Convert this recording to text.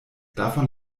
davon